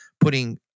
putting